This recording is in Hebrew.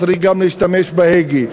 צריך גם להשתמש בהגה,